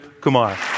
Kumar